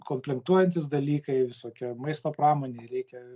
konplenktuojantys dalykai visokie maisto pramonei reikia